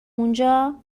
اونجا